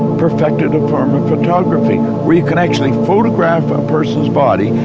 perfected a form of photography where you can actually photograph a person's body,